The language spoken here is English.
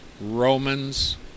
Romans